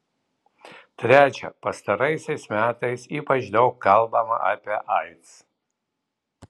trečia pastaraisiais metais ypač daug kalbama apie aids